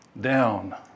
down